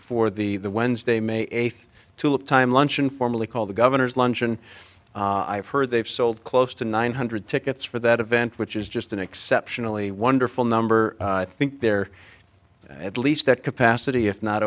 for the wednesday may eighth to look time luncheon formally called the governor's luncheon i've heard they've sold close to nine hundred tickets for that event which is just an exceptionally wonderful number i think they're at least at capacity if not